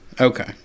okay